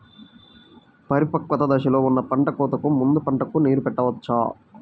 పరిపక్వత దశలో ఉన్న పంట కోతకు ముందు పంటకు నీరు పెట్టవచ్చా?